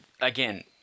again